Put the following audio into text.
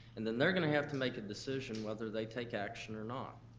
and then they're gonna have to make a decision whether they take action or not.